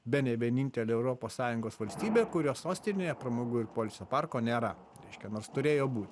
bene vienintelė europos sąjungos valstybė kurios sostinėje pramogų ir poilsio parko nėra reiškia nors turėjo būt